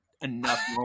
enough